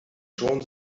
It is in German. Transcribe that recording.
schon